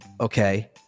okay